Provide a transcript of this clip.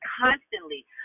constantly